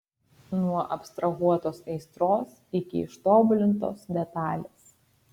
nuo abstrahuotos aistros iki ištobulintos detalės